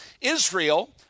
Israel